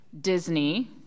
Disney